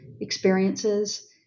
experiences